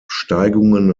steigungen